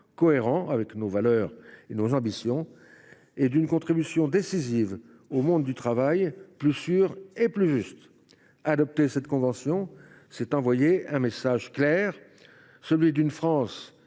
cohérent avec nos valeurs et nos ambitions, ainsi que d’une contribution décisive à un monde du travail plus sûr et plus juste. Adopter cette convention, c’est envoyer un message clair, celui d’une France